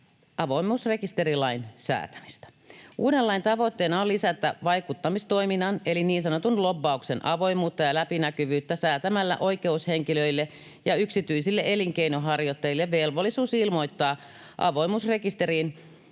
avoimuusrekisterilain säätämistä. Uuden lain tavoitteena on lisätä vaikuttamistoiminnan eli niin sanotun lobbauksen avoimuutta ja läpinäkyvyyttä säätämällä oikeushenkilöille ja yksityisille elinkeinonharjoittajille velvollisuus ilmoittaa avoimuusrekisteriin